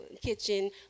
kitchen